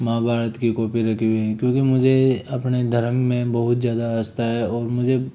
महाभारत की कॉपी रखी हुई है क्योंकि मुझे अपने धर्म में बहुत ज़्यादा आस्था है और मुझे